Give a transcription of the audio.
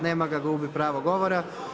Nema ga – gubi pravo govora.